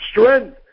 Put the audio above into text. strength